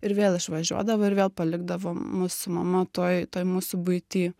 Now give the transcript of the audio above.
ir vėl išvažiuodavo ir vėl palikdavo mus su mama toj toj mūsų buity